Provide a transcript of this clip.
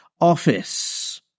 office